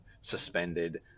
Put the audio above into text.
suspended